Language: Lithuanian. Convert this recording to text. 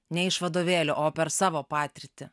ne iš vadovėlio o per savo patirtį